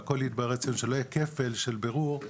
שלא יהיה כפל של בירור.